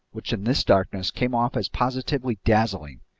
which, in this darkness, came off as positively dazzling.